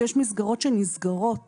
ויש מסגרות שנסגרות